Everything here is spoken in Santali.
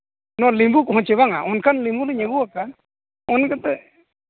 ᱱᱚᱣᱟ ᱞᱮᱵᱩ ᱠᱚᱦᱚᱸ ᱪᱮ ᱵᱟᱝᱼᱟ ᱚᱱᱠᱟᱱ ᱞᱮᱵᱩ ᱠᱚᱞᱤᱧ ᱟᱹᱜᱩ ᱟᱠᱟᱜᱼᱟ ᱚᱱᱠᱟᱛᱮ